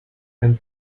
and